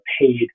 paid